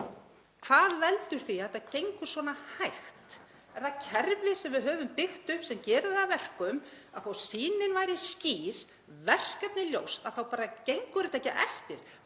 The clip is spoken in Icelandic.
Hvað veldur því að þetta gengur svona hægt? Er það kerfið sem við höfum byggt upp sem gerir það að verkum að þó að sýnin sé skýr og verkefnið ljóst þá bara gengur þetta ekki eftir?